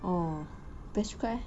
oh best juga eh